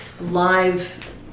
live